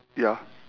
ya